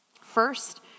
First